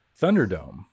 Thunderdome